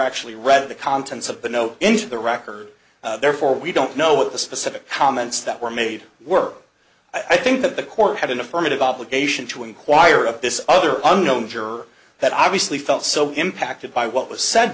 actually read the contents of the note into the record therefore we don't know what the specific comments that were made were i think that the court had an affirmative obligation to inquire of this other unknown juror that obviously felt so impacted by what was s